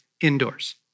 indoors